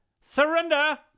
Surrender